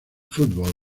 fútbol